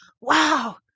Wow